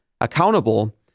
accountable